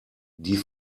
die